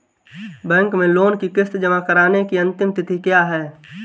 Bank में loan की किश्त जमा कराने की अंतिम तिथि क्या है?